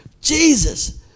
Jesus